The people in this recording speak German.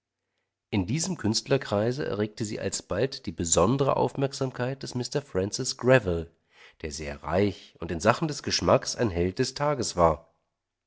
in diesem künstlerkreise erregte sie alsbald die besondere aufmerksamkeit des mr francis greville der sehr reich und in sachen des geschmacks ein held des tages war